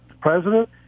president